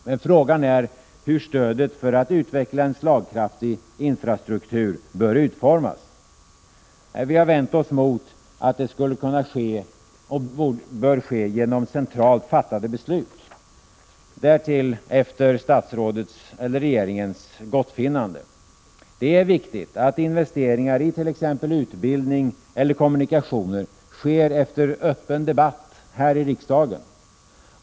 Men frågan är hur stödet för att utveckla en slagkraftig infrastruktur bör utformas. Vi har vänt oss emot att det, enligt vad som föreslagits, skulle ske genom centralt fattade beslut — och därtill efter statsrådets eller regeringens gottfinnande. Det är viktigt att investeringar i t.ex. utbildning eller kommunikationer sker efter öppen debatt här i riksdagen.